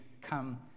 come